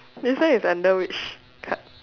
this one is under which card